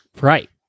Right